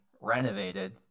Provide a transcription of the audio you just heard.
renovated